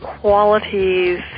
qualities